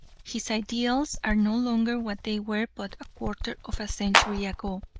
his ideals are no longer what they were but a quarter of a century ago,